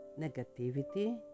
negativity